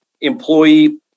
employee